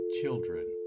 children